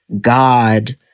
God